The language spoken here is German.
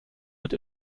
mit